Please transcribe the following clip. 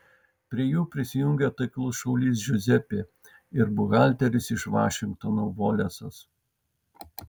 prie jų prisijungia taiklus šaulys džiuzepė ir buhalteris iš vašingtono volesas